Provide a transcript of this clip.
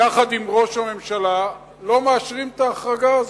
יחד עם ראש הממשלה, לא מאשרים את ההחרגה הזאת.